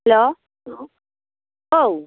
हेल' औ